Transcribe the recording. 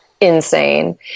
insane